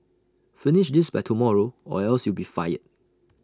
finish this by tomorrow or else you'll be fired